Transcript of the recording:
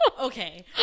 Okay